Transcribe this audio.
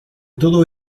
todo